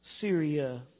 Syria